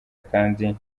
kandi